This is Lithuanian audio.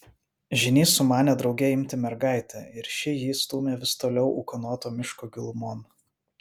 žynys sumanė drauge imti mergaitę ir ši jį stūmė vis toliau ūkanoto miško gilumon